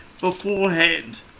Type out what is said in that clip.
beforehand